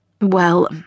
Well